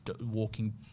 walking